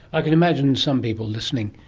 i can imagine some people listening.